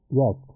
yes